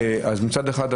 מצד אחד,